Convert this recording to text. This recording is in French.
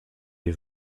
des